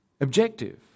objective